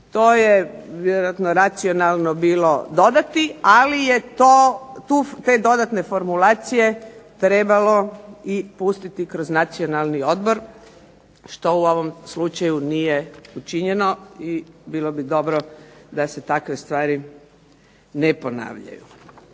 to je vjerojatno bilo racionalno bilo dodati ali je te dodatne formulacije trebalo pustiti kroz Nacionalni odbor što u ovom slučaju nije učinjeno i bilo bi dobro da se takve stvari ne ponavljaju.